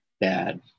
bad